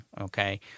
Okay